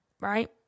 right